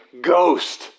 Ghost